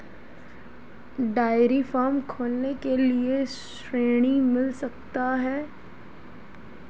Dairy farm खोलने के लिए ऋण मिल सकता है?